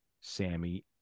Sammy